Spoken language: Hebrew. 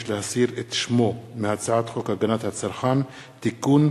להסיר את שמו מהצעת חוק הגנת הצרכן (תיקון,